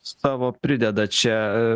savo prideda čia